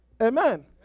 Amen